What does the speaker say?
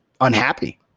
unhappy